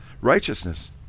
righteousness